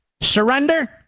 surrender